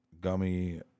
gummy